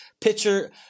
pitcher